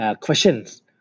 questions